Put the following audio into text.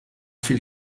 viel